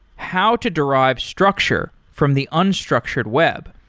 how to derive structure from the unstructured web?